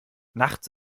nachts